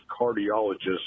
cardiologist